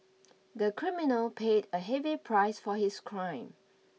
the criminal paid a heavy price for his crime